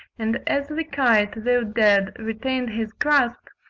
and as the kite, though dead, retained his grasp,